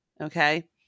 Okay